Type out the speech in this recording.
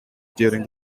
during